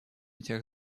тех